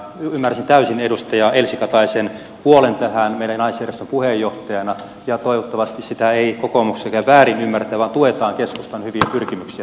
ymmärsin täysin edustaja elsi kataisen huolen tästä meidän naisjärjestömme puheenjohtajana ja toivottavasti sitä ei kokoomuksessakaan väärin ymmärretä vaan tuetaan keskustan hyviä pyrkimyksiä tältäkin osin